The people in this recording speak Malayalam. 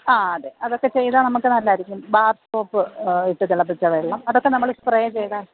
ആ അതെ അതൊക്കെ ചെയ്താൽ നമുക്ക് നല്ലതായിരിക്കും ബാർ സോപ്പ് ഇട്ട് തിളപ്പിച്ച വെള്ളം അതൊക്കെ നമ്മൾ സ്പ്രേ ചെയ്താൽ